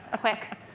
Quick